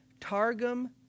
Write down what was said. Targum